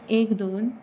एक दोन